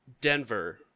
Denver